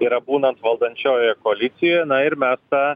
yra būnant valdančiojoje koalicijoje na ir mes tą